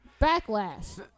Backlash